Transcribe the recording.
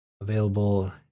available